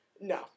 No